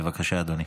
בבקשה, אדוני.